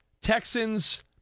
Texans